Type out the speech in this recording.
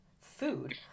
food